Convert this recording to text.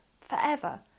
forever